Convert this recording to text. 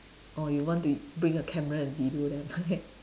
orh you want to bring your camera and video there right